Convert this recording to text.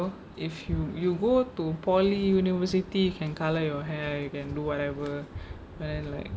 you know if you go to poly university can colour your hair you can do whatever but then like